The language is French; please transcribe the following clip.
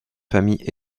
famille